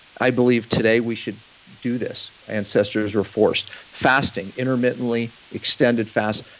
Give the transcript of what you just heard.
i believe today we should do this. ancestors were forced. fasting intermittently extended fast.